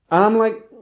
i'm like,